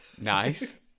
Nice